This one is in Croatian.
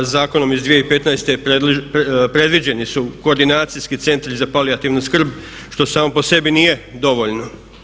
Zakonom iz 2015. je predviđeni su koordinacijski centri za palijativnu skrb što samo po sebi nije dovoljno.